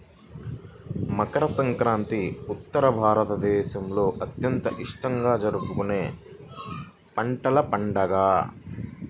మకర సంక్రాంతి ఉత్తర భారతదేశంలో అత్యంత ఇష్టంగా జరుపుకునే పంటల పండుగ